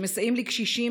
שמסייעים לקשישים,